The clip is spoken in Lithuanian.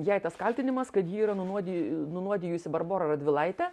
jai tas kaltinimas kad ji yra nunuodi nunuodijusi barborą radvilaitę